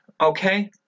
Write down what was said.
okay